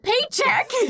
paycheck